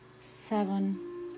seven